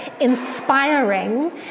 inspiring